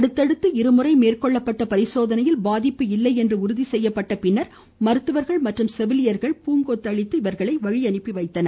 அடுத்தடுத்து இருமுறை மேற்கொள்ளப்பட்ட பரிசோதனையில் பாதிப்பு இல்லை என்று உறுதி செய்யப்பட்ட பின்னர் மருத்துவர்கள் மற்றும் செவிலியர்கள் பூங்கொத்து அளித்து இவர்களை வழியனுப்பி வைத்தனர்